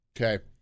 Okay